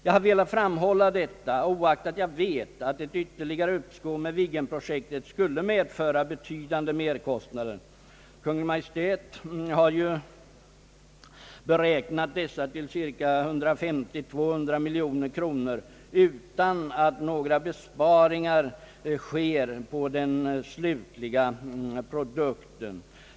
Jag har velat framhålla detta, oaktat jag vet att ett ytterligare uppskov med Viggenprojektet skulle medföra betydande merkostnader. Kungl. Maj:t har ju beräknat dessa till 150—200 miljoner kronor utan att några besparingar sker på den slutliga produkten.